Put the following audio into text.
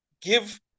give